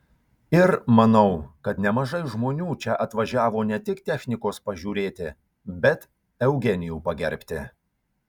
ir manau kad nemažai žmonių čia atvažiavo ne tik technikos pažiūrėti bet eugenijų pagerbti